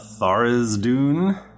Tharizdun